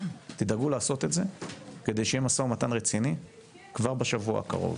תדאגו לעשות את זה כדי שיהיה משא ומתן רציני כבר בשבוע הקרוב.